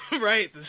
right